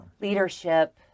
leadership